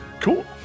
cool